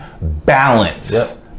balance